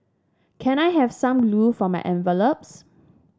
can I have some glue for my envelopes